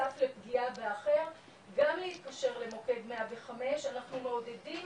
שנחשף לפגיעה באחר גם להתקשר למוקד 105 אנחנו מעודדים